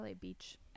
beach